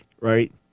right